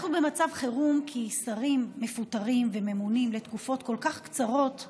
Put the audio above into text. אנחנו במצב חירום כי שרים מפוטרים וממונים לתקופות כל כך קצרות,